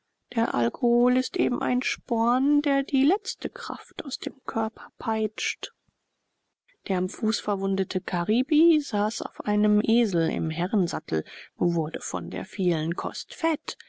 der alkohol ist eben ein sporn der die letzte kraft aus dem körper peitscht der am fuß verwundete karibi saß auf einem esel im herrensattel wurde von der vielen kost fett